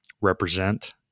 represent